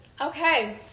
okay